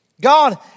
God